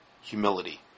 Humility